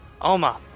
Oma